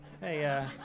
Hey